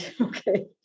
okay